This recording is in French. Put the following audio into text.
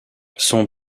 son